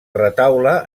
retaule